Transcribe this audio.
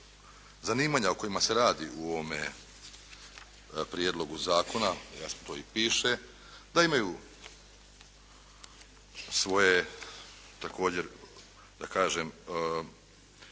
zanimanja o kojima se radi u ovome prijedlogu zakona, jasno to i piše da imaju svoje također da kažem